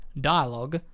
dialogue